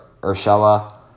Urshela